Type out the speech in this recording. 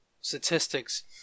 statistics